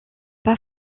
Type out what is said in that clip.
pas